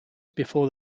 before